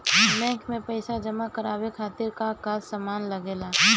Bank में पईसा जमा करवाये खातिर का का सामान लगेला?